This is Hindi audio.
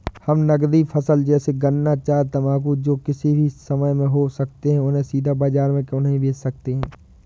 हम नगदी फसल जैसे गन्ना चाय तंबाकू जो किसी भी समय में हो सकते हैं उन्हें सीधा बाजार में क्यो नहीं बेच सकते हैं?